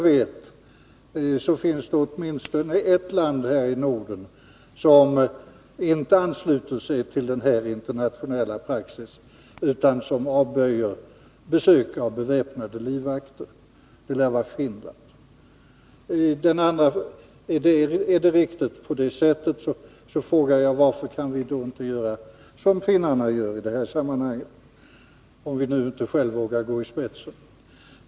Det lär finnas åtminstone ett land här i Norden som inte ansluter sig till denna internationella praxis utan avböjer besök av beväpnade livvakter, och det är Finland. Om detta är riktigt frågar jag varför vi inte kan göra som finnarna i det här sammanhanget — om vi nu inte själva vågar gå i spetsen.